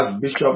Bishop